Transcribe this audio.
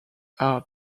are